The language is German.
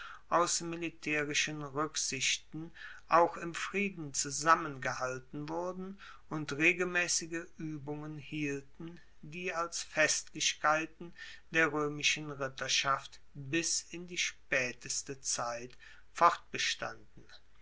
aus militaerischen ruecksichten auch im frieden zusammengehalten wurden und regelmaessige uebungen hielten die als festlichkeiten der roemischen ritterschaft bis in die spaeteste zeit fortbestanden